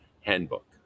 handbook